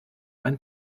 einen